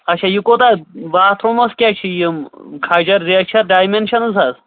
اچھا یہِ کوتاہ باتھروٗمَس کیٛاہ چھِ یِم کھَجر زیچھر ڈایمٮ۪نشَنٕز حظ